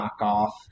knockoff